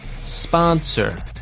sponsor